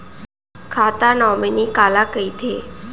खाता नॉमिनी काला कइथे?